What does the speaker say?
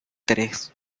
tres